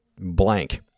blank